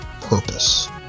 purpose